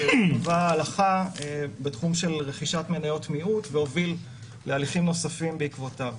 שקבע הלכה בתחום של רכישת מניות מיעוט והוביל להליכים נוספים בעקבותיו.